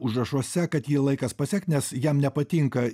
užrašuose kad jį laikas pasekt nes jam nepatinka